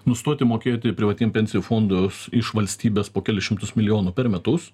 nustoti mokėti privatiem pensijų fondus iš valstybės po kelis šimtus milijonų per metus